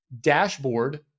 Dashboard